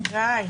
הדיון.